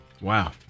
Wow